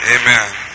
Amen